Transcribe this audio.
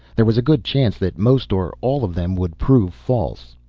there was a good chance that most, or all, of them would prove false.